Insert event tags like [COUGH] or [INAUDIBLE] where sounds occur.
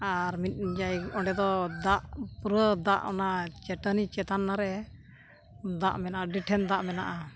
ᱟᱨ ᱢᱤᱫ [UNINTELLIGIBLE] ᱚᱸᱰᱮ ᱫᱚ ᱫᱟᱜ ᱯᱩᱨᱟᱹ ᱫᱟᱜ ᱚᱱᱟ ᱪᱟᱹᱴᱟᱹᱱᱤ ᱪᱮᱛᱟᱱ ᱨᱮ ᱫᱟᱜ ᱢᱮᱱᱟᱜᱼᱟ ᱟᱹᱰᱤ ᱴᱷᱮᱱ ᱫᱟᱜ ᱢᱮᱱᱟᱜᱼᱟ